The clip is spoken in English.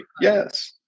yes